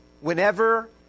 whenever